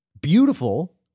beautiful